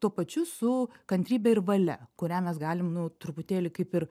tuo pačiu su kantrybe ir valia kurią mes galim nu truputėlį kaip ir